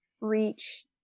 reach